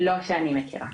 לא שאני מכירה.